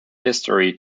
history